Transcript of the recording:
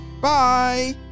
Bye